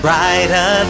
Brighter